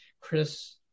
chris